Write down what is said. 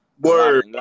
Word